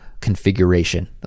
configuration